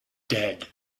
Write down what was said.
dead